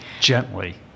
Gently